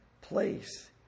place